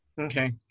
Okay